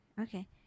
Okay